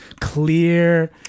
clear